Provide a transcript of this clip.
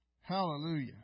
Hallelujah